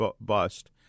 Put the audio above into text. bust